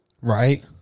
Right